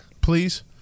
please